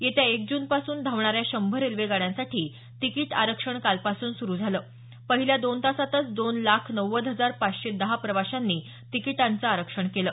येत्या एक जूनपासून धावणाऱ्या शंभर रेल्वेगाड्यांसाठी तिकीट आरक्षण कालपासून सुरू झालं पहिल्या दोन तासातच दोन लाख नव्वद हजार पाचशे दहा प्रवाशांनी तिकीटांचं आरक्षण केलं